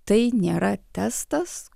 tai nėra testas